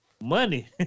Money